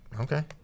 okay